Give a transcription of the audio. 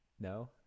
No